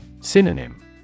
Synonym